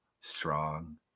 strong